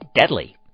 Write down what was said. deadly